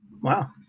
Wow